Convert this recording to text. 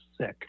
sick